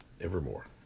evermore